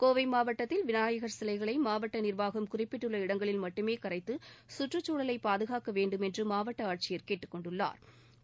கோவை மாவட்டத்தில் விநாயகர் சிலைகளை மாவட்ட நிர்வாகம் குறிப்பிட்டுள்ள இடங்களில் மட்டுமே கரைத்து சுற்றுச்சூழலை பாதுகாக்க வேண்டும் என்று மாவட்ட ஆட்சியர் கேட்டுக்கொண்டுள்ளாா்